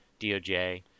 DOJ